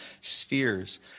spheres